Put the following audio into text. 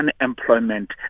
unemployment